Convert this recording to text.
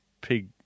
pig